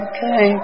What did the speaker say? Okay